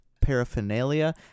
paraphernalia